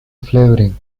flavoring